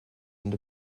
and